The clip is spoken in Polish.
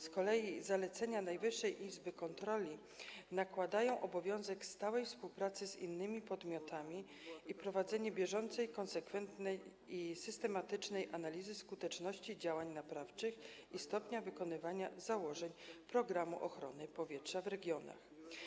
Z kolei zalecenia Najwyższej Izby Kontroli nakładają obowiązek stałej współpracy z innymi podmiotami i prowadzenia bieżącej, konsekwentnej i systematycznej analizy skuteczności działań naprawczych i stopnia wykonywania założeń programu ochrony powietrza w regionach.